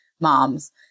moms